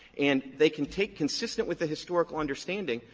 and they can take, consistent with the historical understanding,